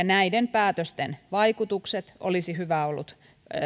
näiden päätösten vaikutukset olisi hyvä ollut